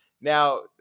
Now